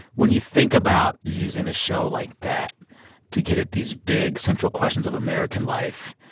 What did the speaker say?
when you think about using a show like that to get at these big central questions of american life,